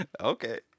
Okay